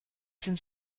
sind